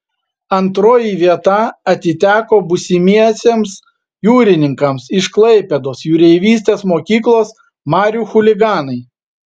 antroji vieta atiteko būsimiesiems jūrininkams iš klaipėdos jūreivystės mokyklos marių chuliganai